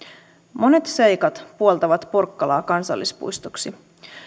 monet seikat puoltavat porkkalaa kansallispuistoksi